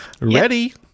Ready